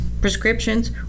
prescriptions